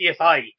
CSI